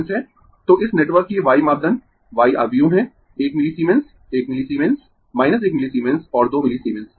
तो इस नेटवर्क के y मापदंड y आव्यूह है 1 मिलीसीमेंस 1 मिलीसीमेंस 1 मिलीसीमेंस और 2 मिलीसीमेंस